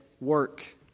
work